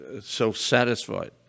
self-satisfied